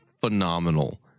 phenomenal